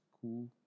cool